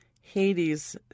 Hades